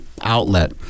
Outlet